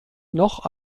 noch